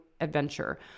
adventure